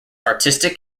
artistic